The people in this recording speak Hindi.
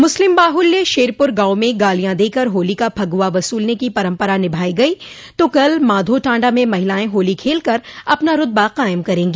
मुस्लिम बाहुल्य शेरपुर गांव में गालियां देकर होली का फगुआ वसूलने की परंपरा निभाई गई तो कल माधोटांडा में महिलाएं होली खेलकर अपना रुतबा कायम करेंगी